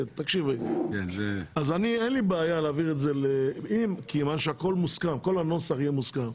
כיוון שהכול מוסכם, כל הנוסח יהיה מוסכם,